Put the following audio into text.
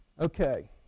Okay